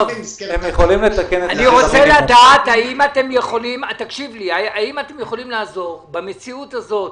אני רוצה לדעת האם אתם יכולים לעזור במציאות הזאת